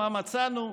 מה מצאנו,